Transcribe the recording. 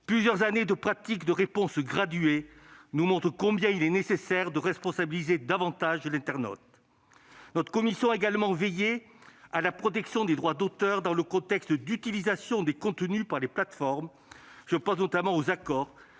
Plusieurs années de pratique de « réponse graduée » nous montrent combien il est nécessaire de responsabiliser davantage les internautes. Notre commission a également veillé à la protection des droits d'auteur dans le contexte d'utilisation des contenus par les plateformes. Je pense, notamment, aux accords